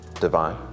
divine